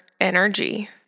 energy